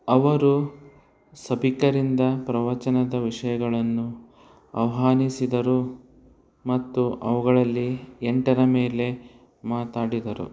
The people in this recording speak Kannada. ಅವರು ಸಭಿಕರಿಂದ ಪ್ರವಚನದ ವಿಷಯಗಳನ್ನು ಆಹ್ವಾನಿಸಿದರು ಮತ್ತು ಅವುಗಳಲ್ಲಿ ಎಂಟರ ಮೇಲೆ ಮಾತಾಡಿದರು